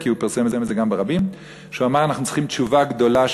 כי הוא פרסם את זה גם ברבים: אנחנו צריכים תשובה גדולה,